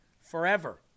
forever